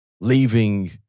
leaving